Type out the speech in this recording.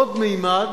עוד ממד